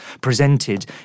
presented